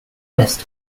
best